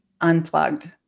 unplugged